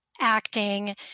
acting